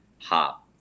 hop